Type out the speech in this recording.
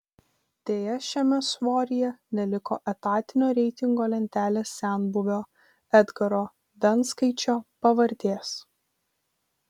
deja šiame svoryje neliko etatinio reitingo lentelės senbuvio edgaro venckaičio pavardės